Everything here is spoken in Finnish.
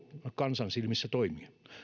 kansan silmissä toimia